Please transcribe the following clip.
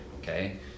okay